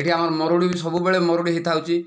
ଏଇଠି ଆମର ମରୁଡ଼ି ବି ସବୁବେଳେ ମରୁଡ଼ି ହୋଇଥାଉଛି